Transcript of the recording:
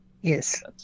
Yes